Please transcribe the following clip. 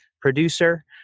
producer